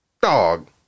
Dog